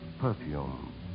perfume